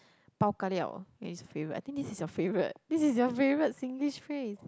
bao ka liao is favourite I think this is your favourite this is your favourite Singlish phrase